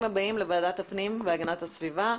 הבאים לוועדת הפנים והגנת הסביבה.